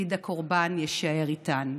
ותפקיד הקורבן יישאר איתן.